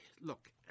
look